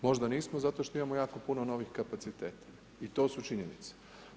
Možda nismo zato što imamo jako puno novih kapaciteta i to su činjenice.